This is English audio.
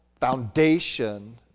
foundation